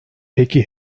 peki